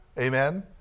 Amen